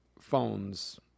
phones